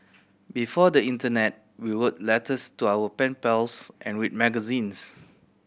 before the internet we wrote letters to our pen pals and read magazines